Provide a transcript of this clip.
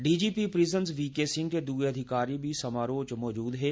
DGP prison V K Singh ते दुए अधिकारी बी समारोह् च मजूद हे